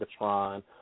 Megatron